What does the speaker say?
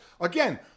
again